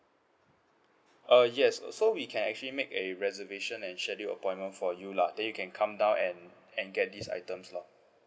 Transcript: uh yes so we can actually make a reservation and schedule appointment for you lah then you can come down and and get these items lah